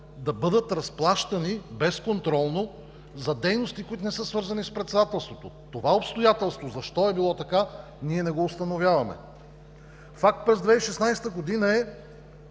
да бъдат разплащани безконтролно за дейности, които не са свързани с председателството. Това обстоятелство – защо е било така, ние не го установяване! Факт през 2016 г. е,